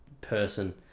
person